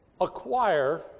acquire